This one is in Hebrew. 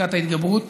פסקת ההתגברות